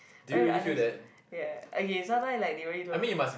why you unless ya okay sometime like they really don't know